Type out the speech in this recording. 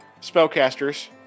spellcasters